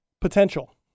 Potential